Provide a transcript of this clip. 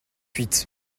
huit